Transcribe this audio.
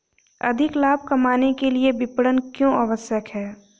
अधिक लाभ कमाने के लिए विपणन क्यो आवश्यक है?